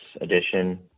edition